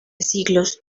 siglos